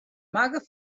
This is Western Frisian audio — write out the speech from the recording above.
makke